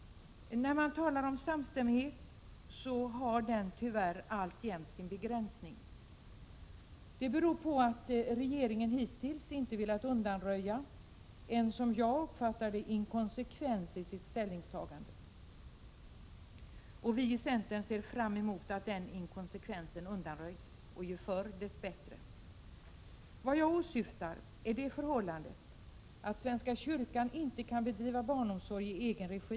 När man talar om samstämmighet bör man vara medveten om att den tyvärr alltjämt har sin begränsning. Det beror på att regeringen hittills inte velat undanröja en — som jag uppfattar det — inkonsekvens i sitt ställningstagande. Vi i centern ser fram emot att den inkonsekvensen undanröjs, ju förr dess bättre. Vad jag åsyftar är det förhållandet att svenska kyrkan inte kan bedriva barnomsorg i egen regi.